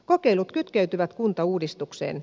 kokeilut kytkeytyvät kuntauudistukseen